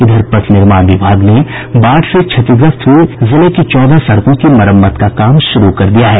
इधर पथ निर्माण विभाग ने बाढ़ से क्षतिग्रस्त हुई जिले की चौदह सड़कों की मरम्मत का काम शुरू कर दिया है